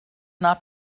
not